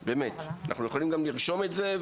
אנחנו יכולים לרשום את זה,